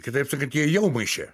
kitaip sakant jie jau maiše